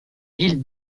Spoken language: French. ville